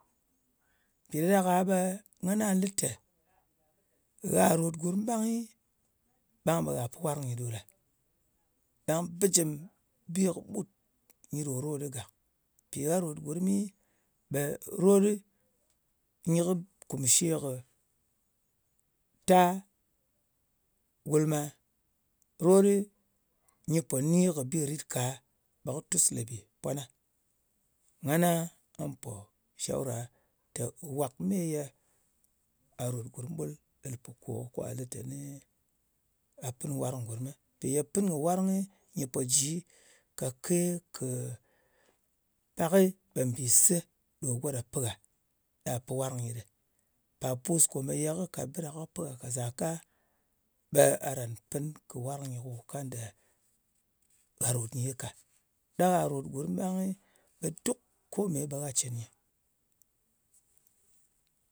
Mpì ɗa ɗak-a ɓe nga nga na lɨ tè gha ròt gurm ɓangnɨ ɓe gha pɨ warng nyi ɗo ɗa. Ɗang bɨjɨm bi kɨɓut nyi ɗo rot ɗɨ gàk. Mpi gha ròt gurmmi, ɓe rot ɗɨ kùmshe kɨ, ta gulma. Rot ɗɨ nyɨ pò ni kɨ bi ritka, ɓe kɨ tus lebe pwana. Ngana nga pò shawra tè, wàk meye gha ròt gurm ɓul ɗel pò kò kwa lɨ teni gha pɨn warng ngurmɨ. Mpì ye pɨn kɨ warng nyɨ pò ji kake kɨ, pakgɨ ɓe mbìse ɗo go ɗa pɨ gha ɗa pɨ warng nyɨ ɗɨ. Par pus ko ye kɨ ka bɨ ɗa ko kɨ pɨ gha zaka, ɓe gha kàran pin kɨ warng nyɨ ko kanda a rot nyi ka. Ɗang gha rot gurm ɓangnɨ, ɓe kome ɓe gha cɨn nyɨ.